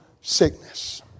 sickness